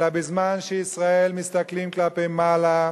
אלא בזמן שישראל מסתכלים כלפי מעלה,